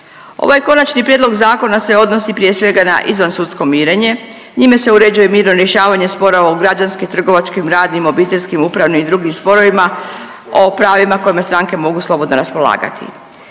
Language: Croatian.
Ovaj Konačni prijedlog zakona se odnosi prije svega na izvansudsko mirenje, njime se uređuje mirno rješavanje spora u građanskim, trgovačkim, radnim, obiteljskim, upravnim i drugim sporovima, o pravima o kojima stranke mogu slobodno raspolagati.